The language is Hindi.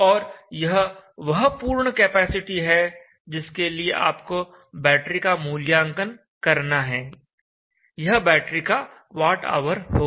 और यह वह पूर्ण कैपेसिटी है जिसके लिए आपको बैटरी का मूल्यांकन करना है यह बैटरी का वाट ऑवर होगा